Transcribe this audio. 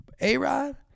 A-Rod